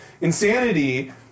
insanity